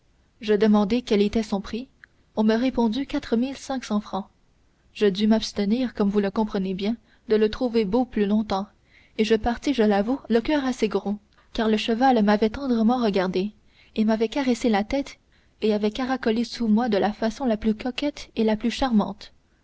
je demandai quel était son prix on me répondit quatre mille cinq cents francs je dus m'abstenir comme vous le comprenez bien de le trouver beau plus longtemps et je partis je l'avoue le coeur assez gros car le cheval m'avait tendrement regardé m'avait caressé avec sa tête et avait caracolé sous moi de la façon la plus coquette et la plus charmante